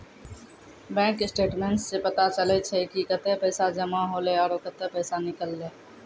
bank statements सें पता चलै छै कि कतै पैसा जमा हौले आरो कतै पैसा निकललै